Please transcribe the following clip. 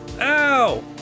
Ow